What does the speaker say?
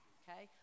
okay